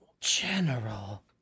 General